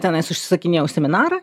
tenais užsisakinėjau seminarą